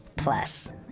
Plus